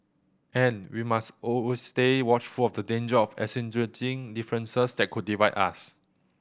and we must always stay watchful of the danger of accentuating differences that could divide us